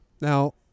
Now